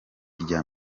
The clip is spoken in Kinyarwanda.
rya